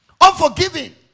unforgiving